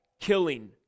killing